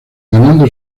ganando